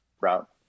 route